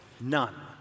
None